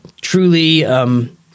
truly